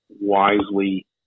wisely